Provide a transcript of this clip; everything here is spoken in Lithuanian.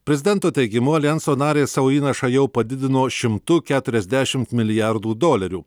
prezidento teigimu aljanso narės savo įnašą jau padidino šimtu keturiasdešim milijardų dolerių